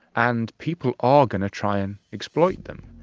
and people are going to try and exploit them.